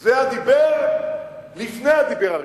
זה הדיבר לפני הדיבר הראשון.